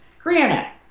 granted